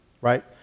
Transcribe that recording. right